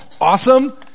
awesome